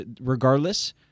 regardless